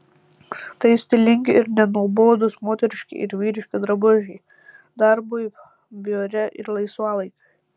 tai stilingi ir nenuobodūs moteriški ir vyriški drabužiai darbui biure ir laisvalaikiui